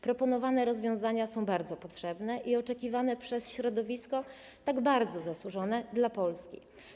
Proponowane rozwiązania są bardzo potrzebne i oczekiwane przez środowisko tak bardzo zasłużone dla Polski.